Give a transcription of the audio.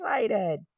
excited